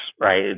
right